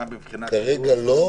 כרגע לא.